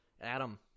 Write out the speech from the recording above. Adam